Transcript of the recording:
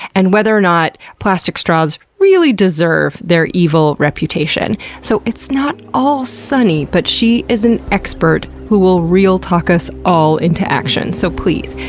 and whether or not plastic straws really deserve their evil reputation. so it's not all sunny, but she is an expert who will real-talk us all into action. so please,